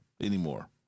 anymore